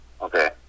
Okay